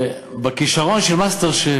בכישרון של "מאסטר שף",